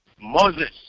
Moses